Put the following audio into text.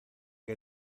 que